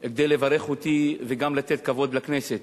כדי לברך אותי וגם לתת כבוד לכנסת.